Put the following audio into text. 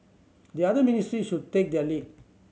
the other ministries should take their lead